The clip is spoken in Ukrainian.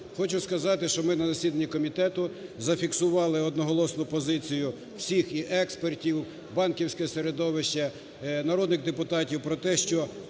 Хочу сказати, що ми на засіданні комітету зафіксували одноголосно позицію всіх і експертів, банківське середовище, народних депутатів про те, що